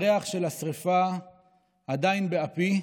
הריח של השרפה עדיין באפי.